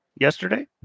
yesterday